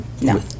no